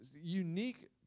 unique